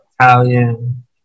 Italian